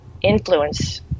influence